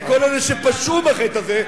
את כל אלה שפשעו בחטא הזה,